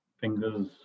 Fingers